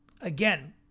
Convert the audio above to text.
again